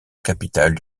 capitale